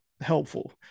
helpful